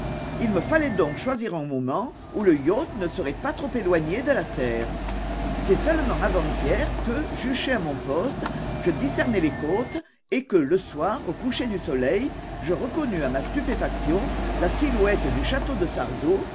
il me fallait donc choisir un moment où le yacht ne serait pas trop éloigné de la terre c'est seulement avant-hier que juché à mon poste je discernai les côtes et que le soir au coucher du soleil je reconnus à ma stupéfaction la silhouette du château de sarzeau